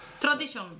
Tradition